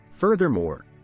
Furthermore